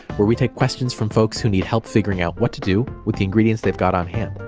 where we take questions from folks who need help figuring out what to do with the ingredients they've got on hand.